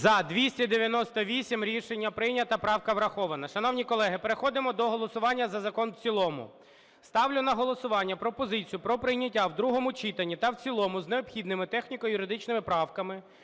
За-298 Рішення прийнято. Правка врахована. Шановні колеги, переходимо до голосування за закон в цілому. Ставлю на голосування пропозицію про прийняття в другому читанні та в цілому з необхідними техніко-юридичними правками